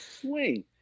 swing